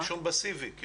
עישון פסיבי.